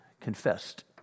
confessed